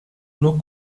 nur